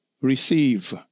receive